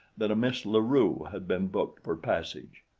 that a miss la rue had been booked for passage.